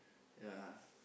ya